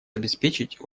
обеспечить